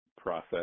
process